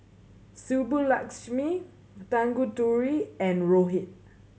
Subbulakshmi Tanguturi and Rohit